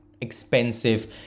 expensive